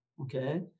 okay